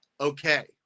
okay